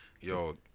yo